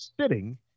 sitting